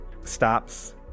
stops